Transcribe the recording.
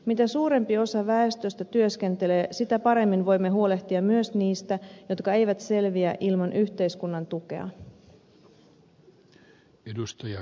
mitä suurempi osa väestöstä työskentelee sitä paremmin voimme huolehtia myös niistä jotka eivät selviä ilman yhteiskunnan tukea